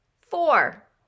Four